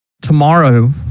Tomorrow